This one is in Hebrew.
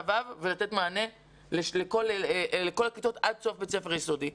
ו' ולתת מענה לכל הכיתות עד סוף בית ספר יסודי.